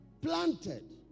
Planted